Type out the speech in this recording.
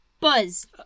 Buzz